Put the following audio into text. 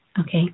Okay